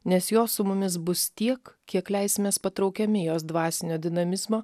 nes jos su mumis bus tiek kiek leisimės patraukiami jos dvasinio dinamizmo